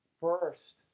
First